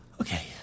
okay